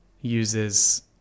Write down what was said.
uses